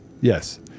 Yes